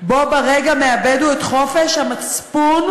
"בו ברגע מאבד הוא את חופש המצפון,